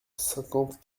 cinquante